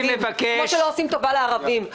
כפי שלא עושים טובה לערבים.